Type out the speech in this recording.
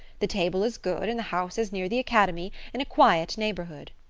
the table is good, and the house is near the academy, in a quiet neighborhood.